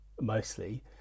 mostly